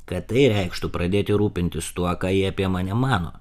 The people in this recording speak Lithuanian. kad tai reikštų pradėti rūpintis tuo ką ji apie mane mano